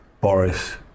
Boris